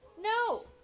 No